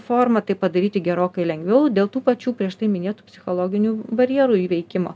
forma tai padaryti gerokai lengviau dėl tų pačių prieš tai minėtų psichologinių barjerų įveikimo